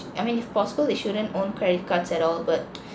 I mean if possible they shouldn't own credit cards at all but